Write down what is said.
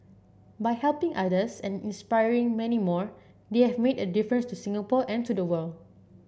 by helping others and inspiring many more they have made a difference to Singapore and to the world